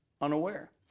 unaware